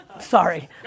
Sorry